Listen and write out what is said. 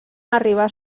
arribar